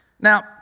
Now